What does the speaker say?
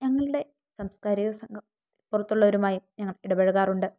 ഞങ്ങളുടെ സാംസ്കാരിക സംഘം പുറത്തുള്ളവരുമായി ഞങ്ങൾ ഇടപഴകാറുണ്ട്